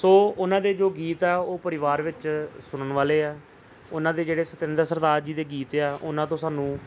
ਸੋ ਉਹਨਾਂ ਦੇ ਜੋ ਗੀਤ ਆ ਉਹ ਪਰਿਵਾਰ ਵਿੱਚ ਸੁਣਨ ਵਾਲੇ ਆ ਉਹਨਾਂ ਦੇ ਜਿਹੜੇ ਸਤਿੰਦਰ ਸਰਤਾਜ ਜੀ ਦੇ ਗੀਤ ਆ ਉਹਨਾਂ ਤੋਂ ਸਾਨੂੰ